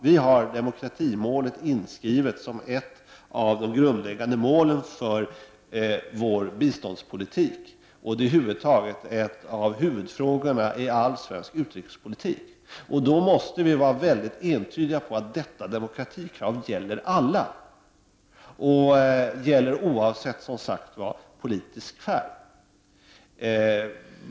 Vi har demokratimålet inskrivet som ett av de grundläggande målen för vår biståndspolitik. Och det är över huvud taget en av huvudfrågorna i all svensk utrikespolitik. Då måste vi vara mycket entydiga beträffande att detta demokratikrav gäller alla, oavsett politisk färg.